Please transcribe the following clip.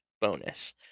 bonus